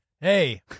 Hey